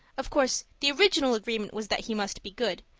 of course, the original agreement was that he must be good.